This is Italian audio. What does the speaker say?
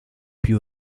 più